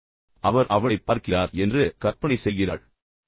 எனவே அவர் அவளைப் பார்க்கிறார் என்று அவளால் கற்பனை செய்து பார்க்க முடியும்